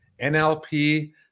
NLP